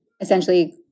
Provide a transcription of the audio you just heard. essentially